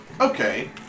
Okay